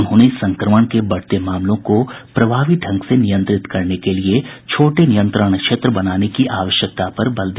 उन्होंने संक्रमण के बढ़ते मामलों को प्रभावी ढंग से नियंत्रित करने के लिए छोटे नियंत्रण क्षेत्र बनाने की आवश्यकता पर ज़ोर दिया